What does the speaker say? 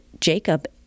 Jacob